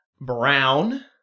brown